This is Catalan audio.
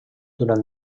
durant